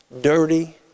Dirty